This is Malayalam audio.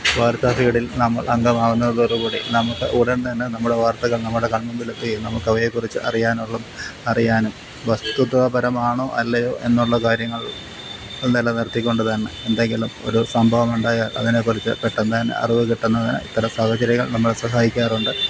വാര്ത്താഫീഡില് നമ്മള് അംഗമാവുന്നതോട് കൂടി നമുക്ക് ഉടന്തന്നെ നമ്മുടെ വാര്ത്തകള് നമ്മുടെ കണ്മുമ്പിൽ എത്തുകയും നമുക്ക് അവയെ കുറിച്ച് അറിയാനുള്ള അറിയാനും വസ്തുതാപരമാണോ അല്ലയോ എന്നുള്ള കാര്യങ്ങള് നിലനിര്ത്തിക്കൊണ്ട് തന്നെ എന്തെങ്കിലും ഒരു സംഭവം ഉണ്ടായാല് അതിനേക്കുറിച്ച് പെട്ടെന്ന് തന്നെ അറിവ് കിട്ടുന്നതിന് ഇത്തരം സാഹചര്യങ്ങള് നമ്മളെ സഹായിക്കാറുണ്ട്